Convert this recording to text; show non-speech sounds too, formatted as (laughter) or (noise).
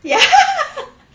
ya (laughs)